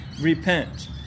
repent